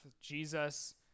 Jesus